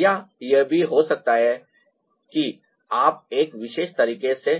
या यह भी हो सकता है कि आप एक विशेष तरीके से